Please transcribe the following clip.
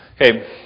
Okay